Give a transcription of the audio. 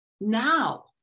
Now